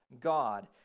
God